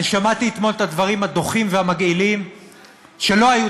שמעתי אתמול את הדברים הדוחים והמגעילים שלא היו